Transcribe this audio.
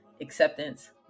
acceptance